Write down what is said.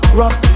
rock